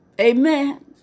Amen